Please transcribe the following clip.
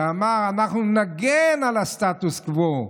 שאמר: אנחנו נגן על הסטטוס קוו.